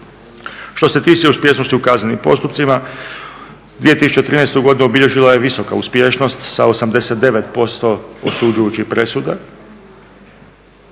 Što se tiče uspješnosti u kaznenim postupcima 2013. godinu obilježila je visoka uspješnost sa 89% osuđujućih presuda.